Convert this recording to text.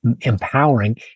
empowering